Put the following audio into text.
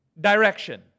direction